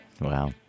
Wow